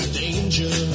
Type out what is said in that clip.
danger